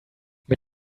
mit